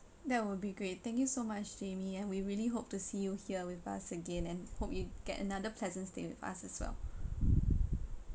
that will be great thank you so much jamie and we really hope to see you here with us again and hope you get another pleasant stay with us as well